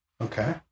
okay